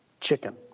chicken